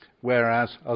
whereas